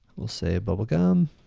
we'll say bubblegum.